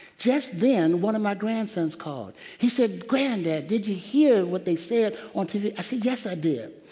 just then, one of my grandsons called, he said, granddad, did you hear what they said on tv? i said, yes, i did.